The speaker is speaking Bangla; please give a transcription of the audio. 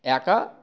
একা